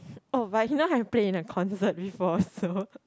oh but I did not have played in a concert before so